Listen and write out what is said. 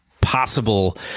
possible